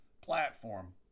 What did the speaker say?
platform